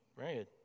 right